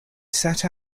set